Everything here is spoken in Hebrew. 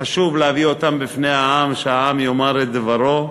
חשוב להביא אותם בפני העם, שהעם יאמר את דברו.